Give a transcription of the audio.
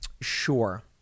sure